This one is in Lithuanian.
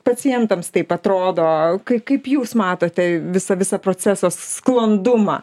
pacientams taip atrodo kaip jūs matote visą visą proceso sklandumą